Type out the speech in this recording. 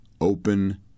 open